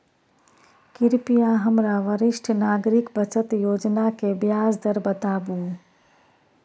कृपया हमरा वरिष्ठ नागरिक बचत योजना के ब्याज दर बताबू